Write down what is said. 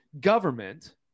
government